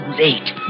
late